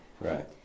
Right